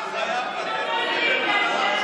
אתה חייב לתת לו,